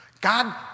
God